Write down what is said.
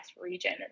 region